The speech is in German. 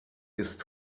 ist